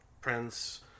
prince